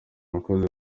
umukozi